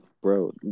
Bro